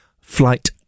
flight